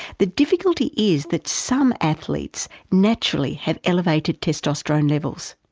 the difficulty is that some athletes naturally have elevated testosterone levels.